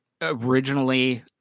originally